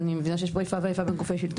אני חושבת שיש פה איפה ואיפה בין גופי שלטון.